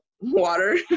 water